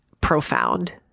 profound